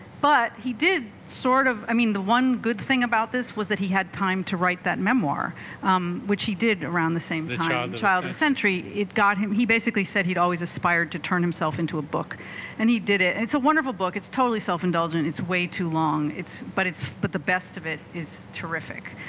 but he did sort of i mean the one good thing about this was that he had time to write that memoir which he did around the same ah childhood century it got him he basically said he'd always aspired to turn himself into a book and he did it it's a wonderful book it's totally self-indulgent it's way too long it's but it's but the best of it is terrific